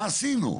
מה עשינו?